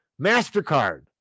mastercard